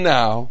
now